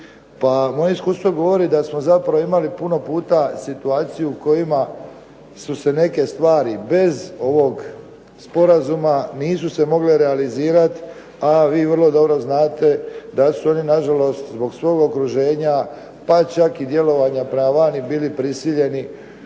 moje iskustvo govori da smo zapravo imali puno puta situaciju kojima su se neke stvari bez ovog sporazuma nisu se mogle realizirati, a vi vrlo dobro znate da su oni na žalost zbog svog okruženja, pa čak i djelovanja prema vani bili prisiljeni,